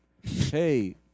Hey